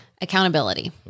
accountability